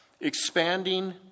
Expanding